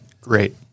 great